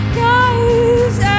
guys